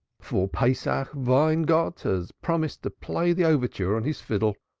for pesach weingott has promised to play the overture on his fiddle.